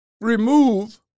remove